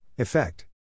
Effect